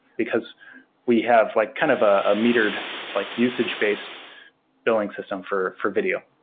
because we have like kind of a metered like usage-based billing system for for video.